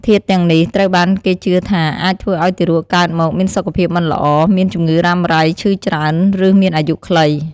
ធាតុទាំងនេះត្រូវបានគេជឿថាអាចធ្វើឲ្យទារកកើតមកមានសុខភាពមិនល្អ មានជម្ងឺរ៉ាំរ៉ៃ ឈឺច្រើន ឬមានអាយុខ្លី។